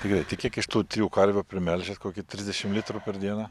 tai gerai tai kiek iš tų trijų karvių primelžiat kokį trisdešimt litrų per dieną